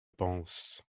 pense